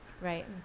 Right